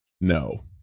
No